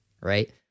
right